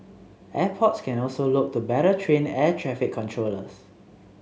airports can also look to better train air traffic controllers